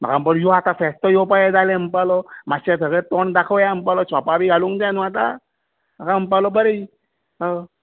म्हाका म्हणटा यो आतां फेस्त येवपाचें जालें म्हणपाक लागलो मातशे तोंड दाखोवया म्हणपाक लागलो ओंपारी घालूंक जाय न्हय आतां म्हाका म्हणपाक लागलो बरे